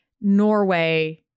Norway